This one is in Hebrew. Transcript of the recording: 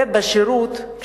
ובשירות,